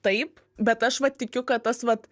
taip bet aš vat tikiu kad tas vat